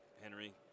henry